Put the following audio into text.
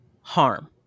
harm